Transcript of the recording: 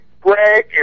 Greg